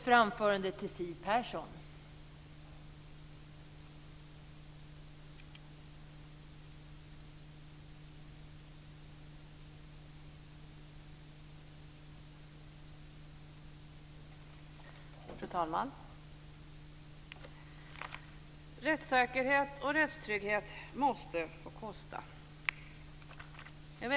Fru talman!